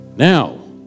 Now